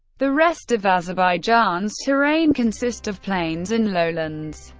the rest of azerbaijan's terrain consist of plains and lowlands.